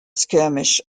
skirmish